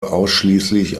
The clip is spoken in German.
ausschließlich